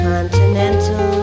Continental